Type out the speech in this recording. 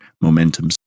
momentum